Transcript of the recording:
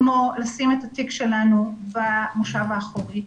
כמו לשים את התיק שלנו במושב האחורי,